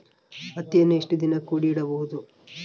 ಹತ್ತಿಯನ್ನು ಎಷ್ಟು ದಿನ ಕೂಡಿ ಇಡಬಹುದು?